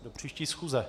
Do příští schůze.